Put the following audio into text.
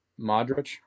Modric